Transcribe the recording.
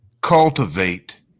cultivate